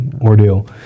ordeal